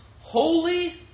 holy